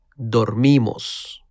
dormimos